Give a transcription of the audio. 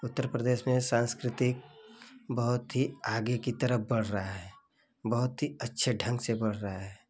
उत्तर प्रदेश में संस्कृति बहुत ही आगे की तरफ बढ़ रही है बहुत ही अच्छे ढंग से बढ़ रही है